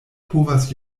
povas